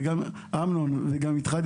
גם אתך,